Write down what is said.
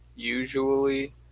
usually